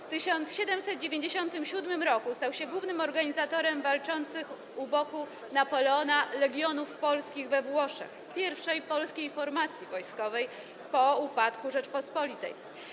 W 1797 r. stał się głównym organizatorem walczących u boku Napoleona Legionów Polskich we Włoszech - pierwszej polskiej formacji wojskowej po upadku Rzeczypospolitej.